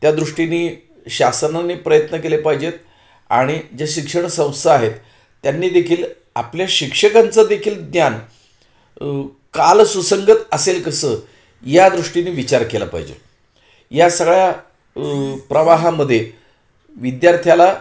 त्या दृष्टीने शासनाने प्रयत्न केले पाहिजेत आणि ज्या शिक्षण संस्था आहेत त्यांनी देखील आपल्या शिक्षकांचं देखील ज्ञान काल सुसंगत असेल कसं या दृष्टीने विचार केला पाहिजे या सगळ्या प्रवाहामध्ये विद्यार्थ्याला